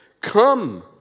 Come